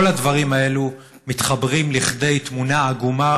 כל הדברים האלו מתחברים לכדי תמונה עגומה